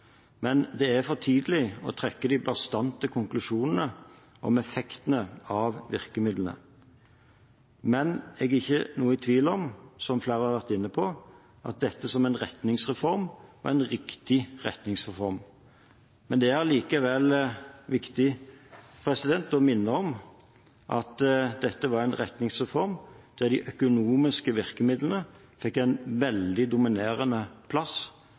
men det er for tidlig å trekke bastante konklusjoner om effektene av virkemidlene, men jeg er ikke i tvil om, som flere har vært inne på, at dette er en retningsreform og en riktig retningsreform, men det er likevel viktig å minne om at dette var en retningsreform der de økonomiske virkemidlene fikk en veldig dominerende plass,